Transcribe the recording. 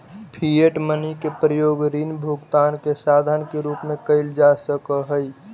fiat money के प्रयोग ऋण भुगतान के साधन के रूप में कईल जा सकऽ हई